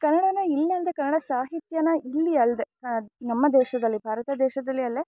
ಕನ್ನಡ ಇಲ್ಲಲ್ಲದೆ ಕನ್ನಡ ಸಾಹಿತ್ಯನ ಇಲ್ಲಿ ಅಲ್ಲದೆ ನಮ್ಮ ದೇಶದಲ್ಲಿ ಭಾರತ ದೇಶದಲ್ಲಿ ಅಲ್ಲೆ